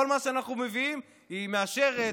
כל מה שאנחנו מביאים היא מאשרת,